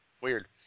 Weird